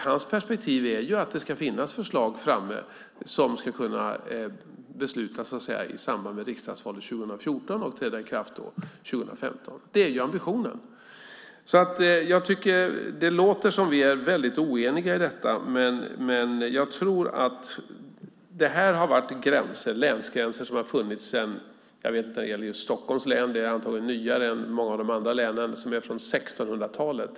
Hans perspektiv är att det ska finnas förslag framme som ska kunna beslutas om i samband med riksdagsvalet 2014 och träda i kraft 2015. Det är ambitionen. Det låter som om vi är väldigt oeniga om detta. Det här är länsgränser som har funnits väldigt länge. Stockholms länsgränser är antagligen nyare än många av de andra länens som är från 1600-talet.